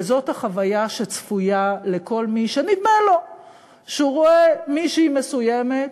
אבל זאת החוויה שצפויה לכל מי שנדמה לו שהוא רואה מישהי מסוימת.